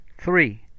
Three